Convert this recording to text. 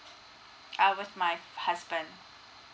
uh with my husband